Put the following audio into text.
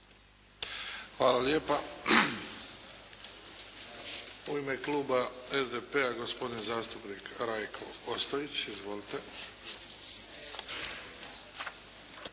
Hvala lijepa. U ime kluba SDP-a gospodin zastupnik Rajko Ostojić. Izvolite!